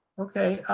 okay.